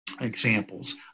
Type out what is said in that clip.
examples